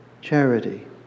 charity